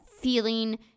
feeling